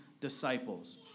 disciples